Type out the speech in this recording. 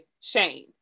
Shane